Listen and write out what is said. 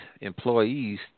employees